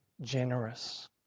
generous